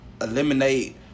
eliminate